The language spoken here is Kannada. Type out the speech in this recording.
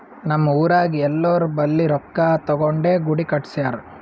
ನಮ್ ಊರಾಗ್ ಎಲ್ಲೋರ್ ಬಲ್ಲಿ ರೊಕ್ಕಾ ತಗೊಂಡೇ ಗುಡಿ ಕಟ್ಸ್ಯಾರ್